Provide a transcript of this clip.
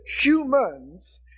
humans